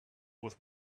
with